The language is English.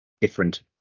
different